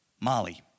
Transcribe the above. Molly